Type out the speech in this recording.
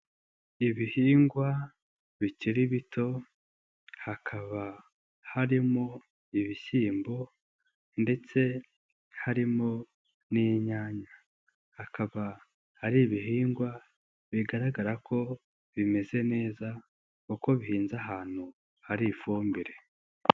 Ibihingwa bikiri bito hakaba harimo ibishyimbo ndetse harimo n'inyanya. Akaba hari ibihingwa bigaragara ko bimeze neza kuko bihinze ahantu hari ifumbire.